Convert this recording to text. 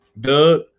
Doug